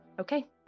Okay